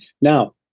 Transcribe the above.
Now